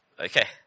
Okay